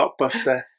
blockbuster